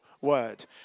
word